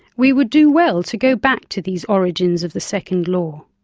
we would do well to go back to these origins of the second law.